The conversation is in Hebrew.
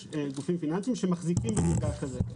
יש גופים פיננסיים שמחזיקים במידע כזה,